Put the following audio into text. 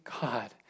God